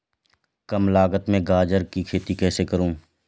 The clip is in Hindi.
कम लागत में गाजर की खेती कैसे करूँ?